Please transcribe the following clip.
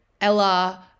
Ella